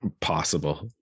possible